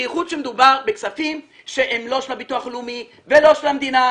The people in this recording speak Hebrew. בייחוד כשמדובר בכספים שהם לא של הביטוח הלאומי ולא של המדינה,